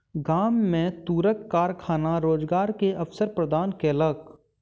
गाम में तूरक कारखाना रोजगार के अवसर प्रदान केलक